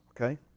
okay